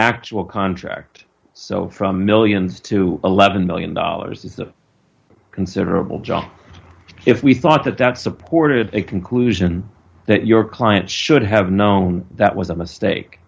actual contract so from millions to eleven million dollars is a considerable jump if we thought that that supported a conclusion that your client should have known that was a mistake